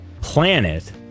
planet